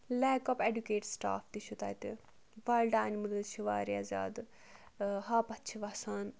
lake of adequate staff تہِ چھُ تَتہِ وایلڈٕ اینِمٕلٕز چھِ واریاہ زیادٕ ہاپَتھ چھِ وَسان